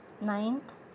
Ninth